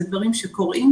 אלה דברים שקורים.